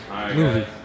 movie